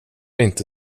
inte